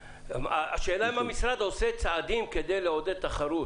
השאלה אם המשרד עושה צעדים כדי לעודד תחרות?